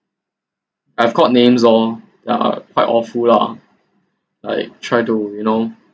I have got names oh yeah quite awful lah like try to you know